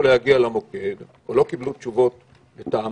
להגיע למוקד וגם לא קיבלו תשובות מספקות,